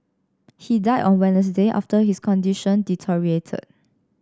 he died on Wednesday after his condition deteriorated